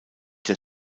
der